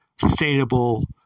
sustainable